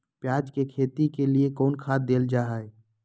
प्याज के खेती के लिए कौन खाद देल जा हाय?